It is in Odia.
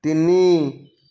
ତିନି